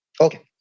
Okay